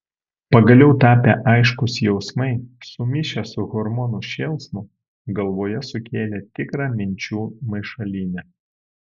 pagaliau tapę aiškūs jausmai sumišę su hormonų šėlsmu galvoje sukėlė tikrą minčių maišalynę